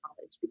college